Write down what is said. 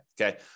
Okay